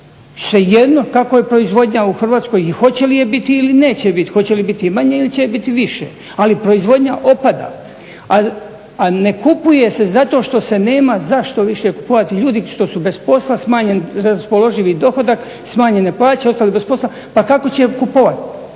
svejedno kakva je proizvodnja u Hrvatskoj i hoće li je biti ili neće biti, hoće je biti manje ili će je biti više. Ali proizvodnja opada. A ne kupuje se zato što se nema zašto više kupovati. Ljudi što su bez posla, smanjen raspoloživi dohodak, smanjenje plaće, ostali bez posla pa kako će kupovati?